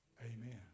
Amen